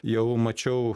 jau mačiau